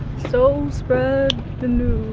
so spread the news